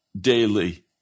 daily